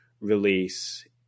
release